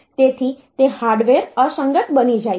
તેથી તે હાર્ડવેર અસંગત બની જાય છે